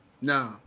no